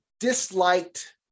disliked